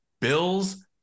bills